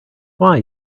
why